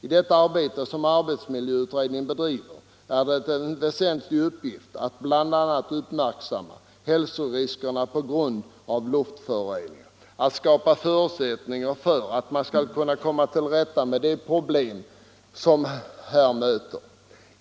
I det arbetet som arbetsmiljöutredningen bedriver är det en väsentlig uppgift att bl.a. uppmärksamma hälsoriskerna på grund av luftföroreningar, att skapa förutsättningar för att man skall kunna komma till rätta med de problem som här möter.